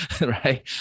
right